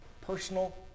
Personal